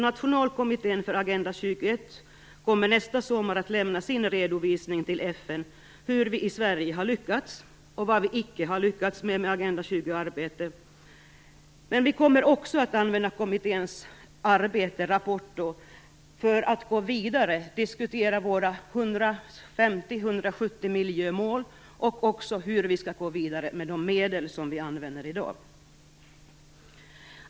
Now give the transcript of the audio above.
Nationalkommittén för Agenda 21 kommer nästa sommar att lämna sin redovisning till FN om vad vi i Sverige har lyckats med och vad vi icke har lyckats med i Agenda 21-arbetet. Men vi kommer också att använda kommitténs rapport för hur vi skall gå vidare och diskutera våra 150-170 miljömål och för hur vi skall gå vidare med de medel som vi använder i dag.